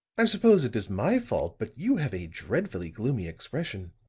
i suppose it is my fault, but you have a dreadfully gloomy expression.